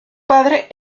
padre